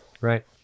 Right